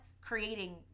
creating